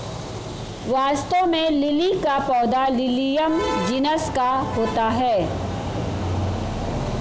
वास्तव में लिली का पौधा लिलियम जिनस का होता है